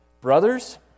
Brothers